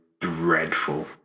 dreadful